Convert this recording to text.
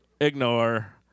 ignore